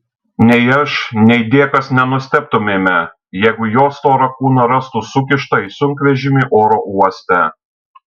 nei aš nei dėkas nenustebtumėme jeigu jo storą kūną rastų sukištą į sunkvežimį oro uoste